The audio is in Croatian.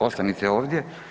Ostanite ovdje.